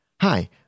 hi